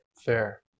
Fair